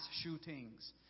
shootings